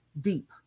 deep